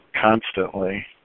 constantly